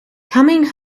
coming